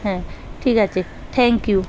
হ্যাঁ ঠিক আছে থ্যাঙ্ক ইউ